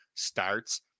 starts